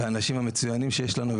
לאנשים המצוינים שיש לנו,